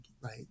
right